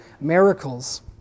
miracles